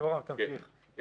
יורם, תמשיך.